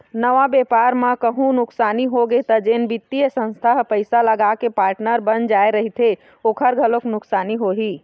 नवा बेपार म कहूँ नुकसानी होगे त जेन बित्तीय संस्था ह पइसा लगाके पार्टनर बन जाय रहिथे ओखर घलोक नुकसानी होही